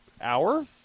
hour